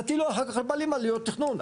תטילו אחר כך על בעלים עלויות תכנון.